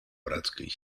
братской